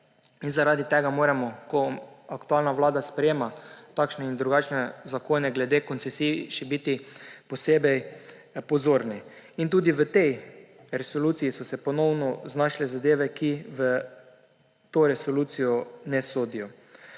Zaradi tega, ko aktualna vlada sprejema takšne in drugačne zakone glede koncesij, moramo biti še posebej pozorni. Tudi v tej resoluciji so se ponovno znašle zadeve, ki v to resolucijo ne sodijo.